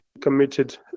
committed